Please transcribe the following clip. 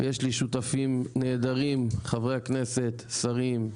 ויש לי שותפים נהדרים, חברי הכנסת, שרים,